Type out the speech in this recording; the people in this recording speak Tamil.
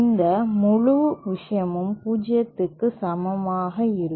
இந்த முழு விஷயம் 0 க்கு சமமாக இருக்கும்